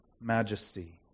majesty